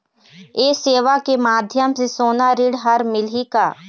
ये सेवा के माध्यम से सोना ऋण हर मिलही का?